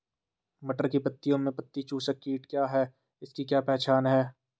मटर की पत्तियों में पत्ती चूसक कीट क्या है इसकी क्या पहचान है?